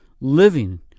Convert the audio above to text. living